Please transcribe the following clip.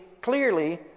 clearly